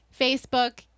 Facebook